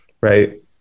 right